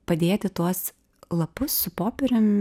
padėti tuos lapus su popierium